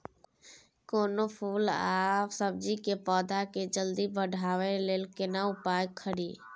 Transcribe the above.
कोनो फूल आ सब्जी के पौधा के जल्दी बढ़ाबै लेल केना उपाय खरी?